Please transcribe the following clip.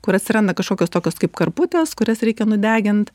kur atsiranda kažkokios tokios kaip karputės kurias reikia nudegint